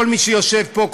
כל מי שיושב פה,